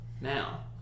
now